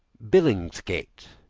billingsgate,